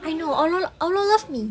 I know allah allah love me